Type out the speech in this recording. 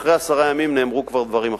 אחרי עשרה ימים כבר נאמרו דברים אחרים.